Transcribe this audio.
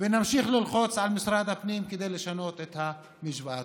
ונמשיך ללחוץ על משרד הפנים לשנות את המשוואה.